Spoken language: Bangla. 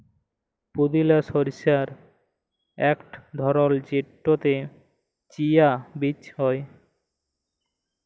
পুদিলা শস্যের ইকট ধরল যেটতে চিয়া বীজ হ্যয়